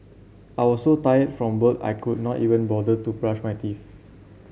I was so tired from work I could not even bother to brush my teeth